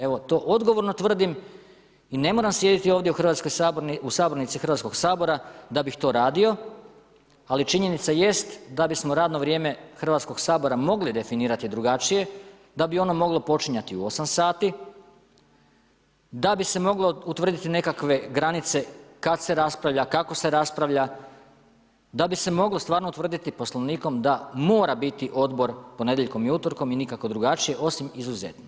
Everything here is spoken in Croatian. Evo to odgovorno tvrdim i ne moram sjediti u ovoj sabornici Hrvatskog sabora da bih to radio, ali činjenica jest da bi smo radno vrijeme Hrvatskog sabora mogli definirati drugačije, da bi ono moglo počinjati u 8 sati, da bi se moglo utvrditi nekakve granice kad se raspravlja, kako se raspravlja, da bi se moglo stvarno utvrditi Poslovnikom da mora biti odbor ponedjeljkom i utorkom i nikako drugačije osim izuzetno.